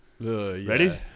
Ready